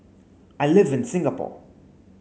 I live in Singapore